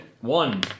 One